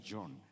John